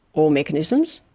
or mechanisms,